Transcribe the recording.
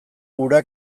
ura